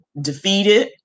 defeated